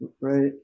Right